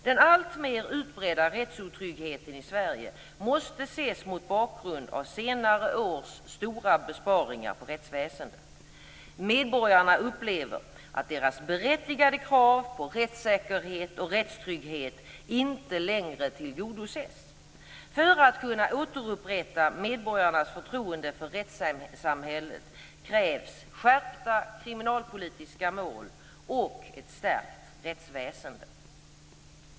Den alltmer utbredda rättsotryggheten i Sverige måste ses mot bakgrund av senare års stora besparingar på rättsväsendet. Medborgarna upplever att deras berättigade krav på rättssäkerhet och rättstrygghet inte längre tillgodoses. För att kunna återupprätta medborgarnas förtroende för rättssamhället krävs skärpta kriminalpolitiska mål och ett stärkt rättsväsende.